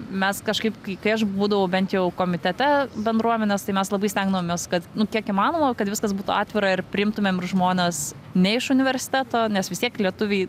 mes kažkaip kai kai aš būdavau bent jau komitete bendruomenės tai mes labai stengdavomės kad nu kiek įmanoma kad viskas būtų atvira ir priimtumėm ir žmones ne iš universiteto nes vis tiek lietuviai